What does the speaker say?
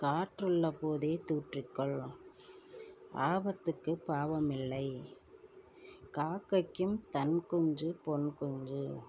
காற்றுள்ளபோதே தூற்றிக்கொள் ஆபத்துக்கு பாவம் இல்லை காக்கைக்கும் தன் குஞ்சு பொன் குஞ்சு